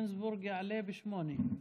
גינזבורג יעלה ב-20:00.